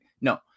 No